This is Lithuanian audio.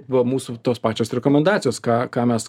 buvo mūsų tos pačios rekomendacijos ką ką mes